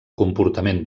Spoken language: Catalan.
comportament